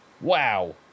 wow